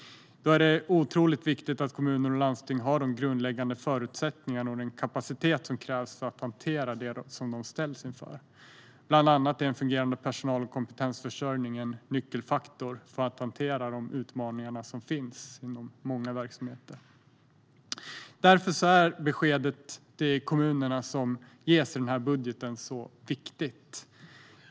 Då är det otroligt viktigt att kommuner och landsting har de grundläggande förutsättningar och den kapacitet som krävs för att hantera det de ställs inför. Fungerande personal och kompetensförsörjning är en av nyckelfaktorerna för att hantera utmaningarna som finns inom många verksamheter. Därför är beskedet till kommunerna som ges i den här budgeten så viktigt.